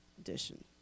Edition